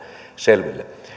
selville